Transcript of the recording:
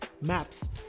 MAPS